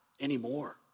anymore